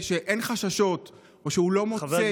שאין חששות או שהוא לא מוצא עניין וחשש,